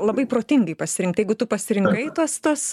labai protingai pasirinkt jeigu tu pasirinkai tuos tuos